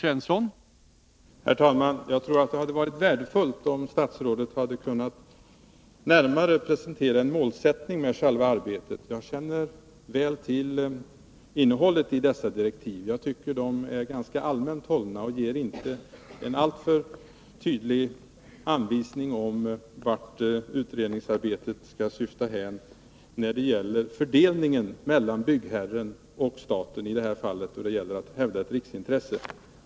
Herr talman! Jag tror att det hade varit värdefullt om statsrådet hade kunnat presentera en närmare målsättning för själva arbetet. Jag känner väl till innehållet i dessa direktiv, och jag tycker de är ganska allmänt hållna och inte ger en alltför tydlig anvisning om vart utredningsarbetet skall hänsyfta när det gäller fördelningen mellan byggherren och staten i fall där det gäller att hävda ett riksintresse.